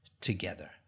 together